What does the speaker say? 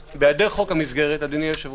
כי בהעדר חוק המסגרת הזה,